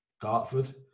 dartford